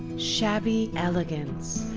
shabby elegance.